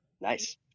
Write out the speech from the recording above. Nice